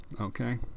okay